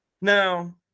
Now